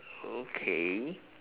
okay